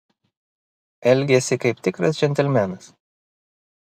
elgėsi kaip tikras džentelmenas